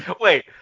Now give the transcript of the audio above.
wait